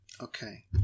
Okay